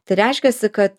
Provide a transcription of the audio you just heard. tai reiškiasi kad